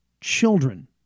children